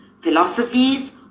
philosophies